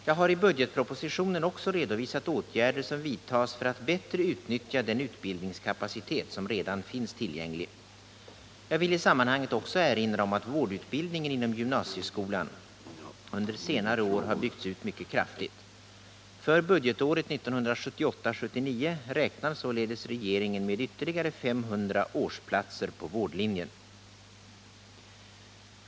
Jag har i budgetpropositionen också redovisat åtgärder som vidtas för att bättre utnyttja den utbildningskapacitet som redan finns tillgänglig. Jag vill i sammanhanget också erinra om att vårdutbildningen inom gymnasieskolan under senare år har byggts ut mycket kraftigt. För budgetåret 1978/79 räknar således regeringen med ytterligare 500 årsplatser på vårdlinjen.